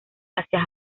hacia